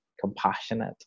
compassionate